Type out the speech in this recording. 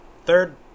Third